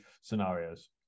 scenarios